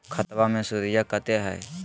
खतबा मे सुदीया कते हय?